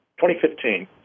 2015